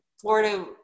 Florida